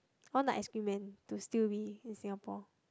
all the ice cream man should still be in Singapore